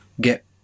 get